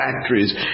factories